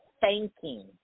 thanking